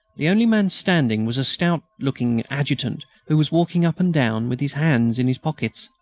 the only man standing was a stout-looking adjutant who was walking up and down with his hands in his pockets.